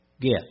get